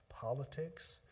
politics